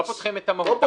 לא פותחים את המהות.